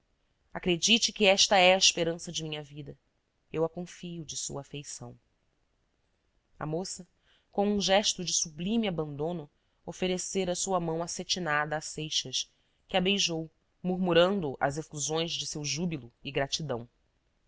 acredite que esta é a esperança de minha vida eu a confio de sua afeição a moça com um gesto de sublime abandono oferecera sua mão acetinada a seixas que a beijou murmurando as efusões de seu júbilo e gratidão